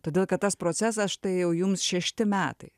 todėl kad tas procesas štai jau jums šešti metai